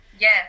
Yes